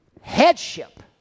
Headship